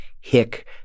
hick